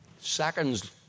Seconds